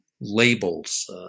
labels